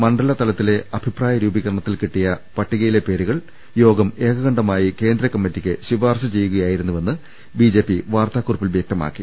മണ്ഡല തലത്തിലെ അഭിപ്രായരൂപീകരണത്തിൽ കിട്ടിയ പട്ടി കയിലെ പേരുകൾ യോഗം ഏകകണ്ഠമായി കേന്ദ്ര കമ്മിറ്റിക്ക് ശുപാർശ ചെയ്യുകയായിരുന്നുവെന്ന് ബി ജെ പി വാർത്താകുറിപ്പിൽ വ്യക്തമാക്കി